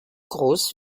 groß